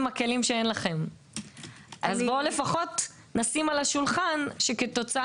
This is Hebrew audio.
כרגע אין כלים למשרד להגנת הסביבה לאכוף את העניין.